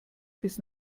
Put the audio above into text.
bis